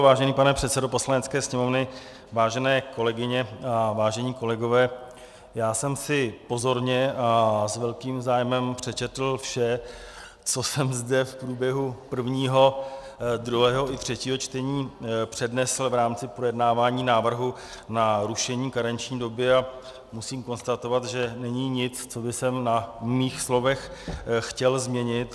Vážený pane předsedo Poslanecké sněmovny, vážené kolegyně, vážení kolegové, já jsem si pozorně a s velkým zájmem přečetl vše, co jsem zde v průběhu prvního, druhého i třetího čtení přednesl v rámci projednávání návrhu na rušení karenční doby, a musím konstatovat, že není nic, co bych na svých slovech chtěl změnit.